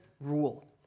rule